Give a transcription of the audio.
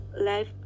life